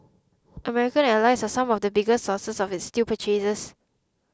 American allies are some of the biggest sources of its steel purchases